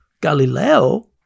Galileo